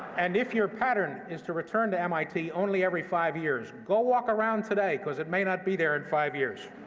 and if your pattern is to return to mit only every five years, go walk around today, because it may not be there in and five years.